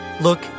look